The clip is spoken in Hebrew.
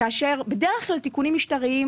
כאשר בדרך כלל תיקונים משטריים,